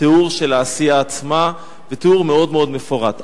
התיאור של העשייה עצמה, ותיאור מאוד מאוד מפורט.